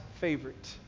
favorite